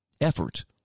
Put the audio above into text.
effort